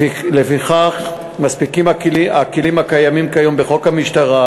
לפיכך, הכלים הקיימים כיום בחוק המשטרה,